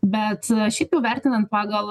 bet šiaip jau vertinant pagal